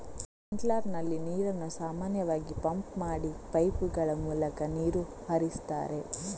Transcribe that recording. sprinkler ನಲ್ಲಿ ನೀರನ್ನು ಸಾಮಾನ್ಯವಾಗಿ ಪಂಪ್ ಮಾಡಿ ಪೈಪುಗಳ ಮೂಲಕ ನೀರು ಹರಿಸ್ತಾರೆ